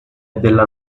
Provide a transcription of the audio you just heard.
della